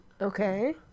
Okay